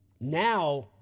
now